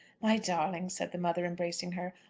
my darling, said the mother, embracing her,